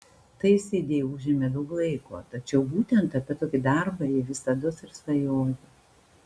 tai sidei užėmė daug laiko tačiau būtent apie tokį darbą ji visados ir svajojo